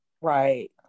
Right